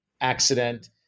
accident